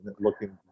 looking